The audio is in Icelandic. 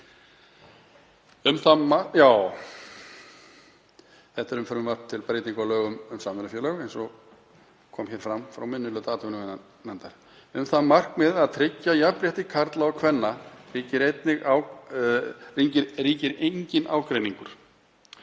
„Um það markmið að tryggja jafnrétti karla og kvenna ríkir enginn ágreiningur